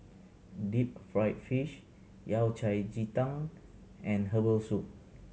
deep fried fish Yao Cai ji tang and herbal soup